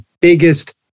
biggest